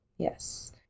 Yes